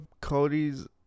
Cody's